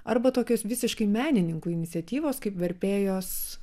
arba tokios visiškai menininkų iniciatyvas kaip verpėjos